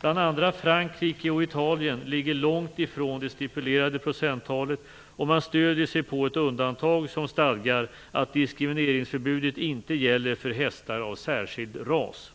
Bl.a. Frankrike och Italien ligger långt ifrån det stipulerade procenttalet, och man stöder sig på ett undantag som stadgar att diskrimineringsförbudet inte gäller hästar av särskild ras.